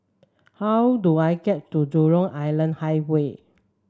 how do I get to Jurong Island Highway